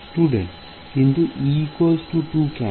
Student কিন্তু e 2 কেন